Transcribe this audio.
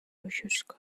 luxuzko